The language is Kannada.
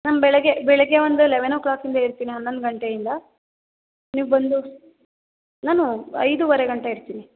ನಾನು ಬೆಳಗ್ಗೆ ಬೆಳಗ್ಗೆ ಒಂದು ಲೆವೆನೋ ಓ ಕ್ಲಾಕಿಂದ ಇರ್ತೀನಿ ಹನ್ನೊಂದು ಗಂಟೆಯಿಂದ ನೀವು ಬಂದು ನಾನು ಐದೂವರೆ ಗಂಟೆ ಇರ್ತೀನಿ